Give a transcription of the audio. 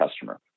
customer